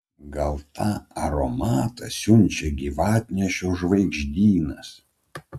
gal tą aromatą siunčia gyvatnešio žvaigždynas